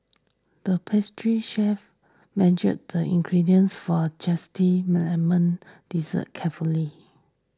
the pastry chef measured the ingredients for a Zesty Lemon Dessert carefully